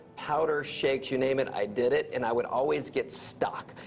powders, shakes, you name it, i did it. and i would always get stuck.